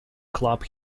club